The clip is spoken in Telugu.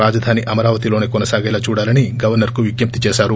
రాజధాని అమరావతిలోసే కొనసాగేలా చూడాలని గవర్సర్కు విజ్ఞప్తిచేశారు